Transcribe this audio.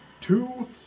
Two